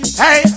hey